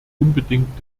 unbedingt